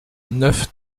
neuf